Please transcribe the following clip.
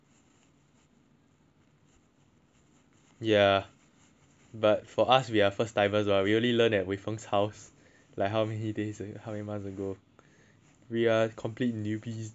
ya but for us we're first timers ah we only learnt at wei feng house like how many months ago we are complete newbies dude confirm get smashed